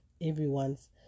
everyone's